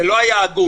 זה לא היה הגון.